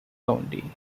county